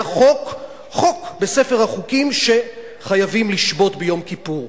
היה חוק בספר החוקים שחייבים לשבות ביום כיפור.